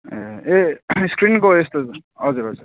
ए ए स्क्रिनको यस्तो हजुर हजुर